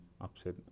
upset